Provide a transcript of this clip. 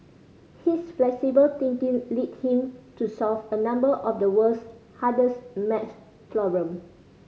his flexible thinking led him to solve a number of the world's hardest maths problem